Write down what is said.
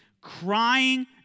crying